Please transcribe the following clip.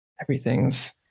everything's